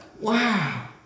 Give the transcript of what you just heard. wow